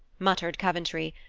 muttered coventry,